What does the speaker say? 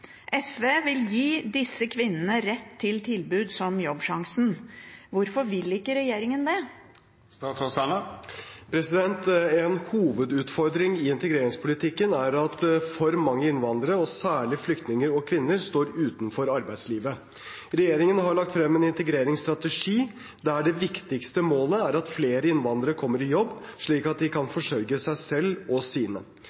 vil gi disse kvinnene rett til tilbud som Jobbsjansen. Hvorfor vil ikke regjeringen det?» En hovedutfordring i integreringspolitikken er at for mange innvandrere, og særlig flyktninger og kvinner, står utenfor arbeidslivet. Regjeringen har lagt frem en integreringsstrategi, der det viktigste målet er at flere innvandrere kommer i jobb, slik at de kan